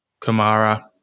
Kamara